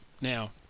Now